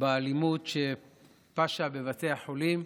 באלימות שפושה בבתי החולים.